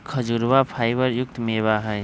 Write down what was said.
खजूरवा फाइबर युक्त मेवा हई